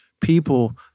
people